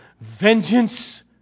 Vengeance